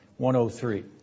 103